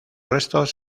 restos